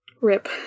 Rip